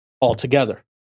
altogether